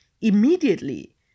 Immediately